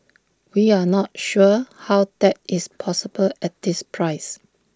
we're not sure how that is possible at this price